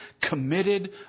committed